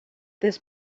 this